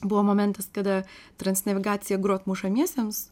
buvo momentas kada transnavigaciją grot mušamiesiems